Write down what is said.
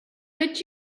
but